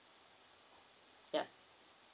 ya